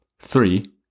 Three